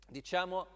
diciamo